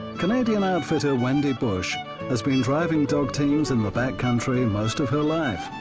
canadian outfitter wendy bush has been driving dog teams in the back country most of her life.